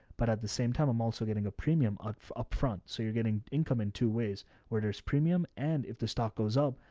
but at the same time, i'm also getting a premium upfront. so you're getting income in two ways where there's premium. and if the stock goes up,